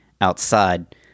outside